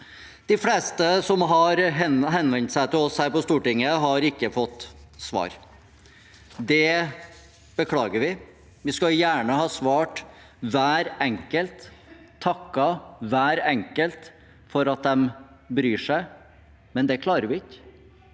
De fleste som har henvendt seg til oss her på Stortinget, har ikke fått svar, og det beklager vi. Vi skulle gjerne ha svart hver enkelt og takket hver enkelt for at de bryr seg, men det klarer vi ikke